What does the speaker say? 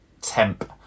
temp